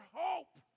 hope